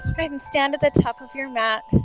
and stand at the top of your mat